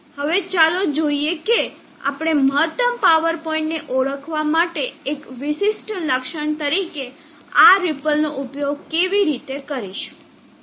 હવે ચાલો જોઈએ કે આપણે મહત્તમ પાવર પોઇન્ટને ઓળખવા માટે એક વિશિષ્ટ લક્ષણ તરીકે આ રીપલ નો ઉપયોગ કેવી રીતે કરીશું